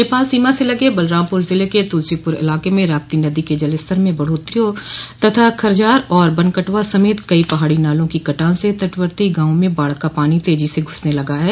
नेपाल सीमा से लगे बलरामपुर जिले के तुलसीपुर इलाके में राप्ती नदी के जलस्र में बढ़ोत्तरी तथा खरझार और बनकटवा समेत कई पहाड़ी नालों की कटान से तटवर्ती गॉवों में बाढ़ का पानी तेजी से घुसने लगा है